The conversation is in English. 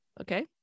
okay